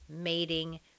mating